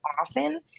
often